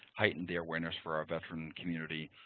heightened their awareness for our veterans community,